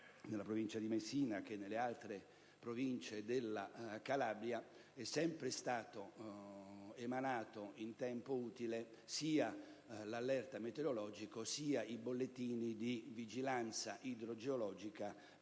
in Provincia di Messina e nelle Province calabresi, è sempre stato emanato in tempo utile sia l'allerta meteorologico sia i bollettini di vigilanza idrogeologica per rischio